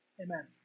Amen